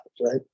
right